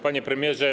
Panie Premierze!